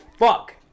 Fuck